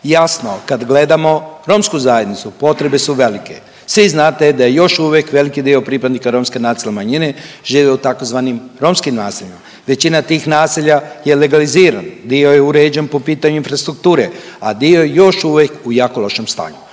Jasno kad gledamo romsku zajednicu potrebe su velike. Svi znate da je još uvijek dio pripadnika romske nacionalne manjine žive u tzv. romskim naseljima. Većina tih naselja je legalizirana, dio je uređen po pitanju infrastrukture, a dio još uvijek u jako lošem stanju.